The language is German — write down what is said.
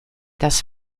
das